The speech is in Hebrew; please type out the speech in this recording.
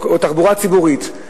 או תחבורה ציבורית,